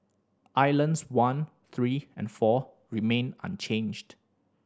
Islands one three and four remained unchanged